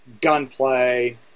gunplay